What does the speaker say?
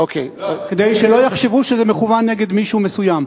כדי שלא יחשבו שזה מכוון נגד מישהו מסוים.